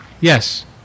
Yes